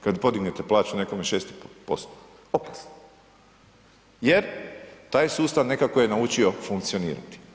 Kad podignete plaću nekome 6%, opasno jer taj sustav nekako je naučio funkcionirati.